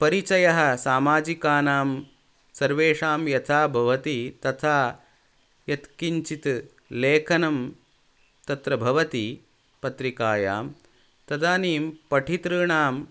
परिचयः सामाजिकानां सर्वेषां यथा भवति तथा यत् किञ्चित् लेखनं तत्र भवति पत्रिकायां तदानीं पठीतॄणाम्